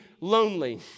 lonely